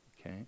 Okay